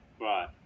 Right